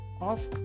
off